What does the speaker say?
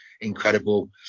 incredible